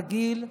מגעיל,